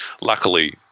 luckily